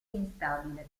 instabile